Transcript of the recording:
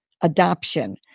adoption